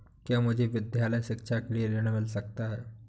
क्या मुझे विद्यालय शिक्षा के लिए ऋण मिल सकता है?